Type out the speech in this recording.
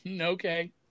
Okay